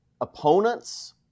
opponents